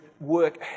work